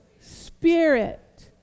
spirit